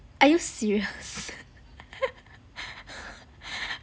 are you serious